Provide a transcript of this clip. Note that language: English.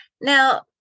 Now